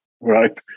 right